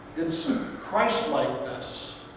it's christlikeness.